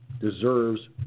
deserves